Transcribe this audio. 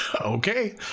okay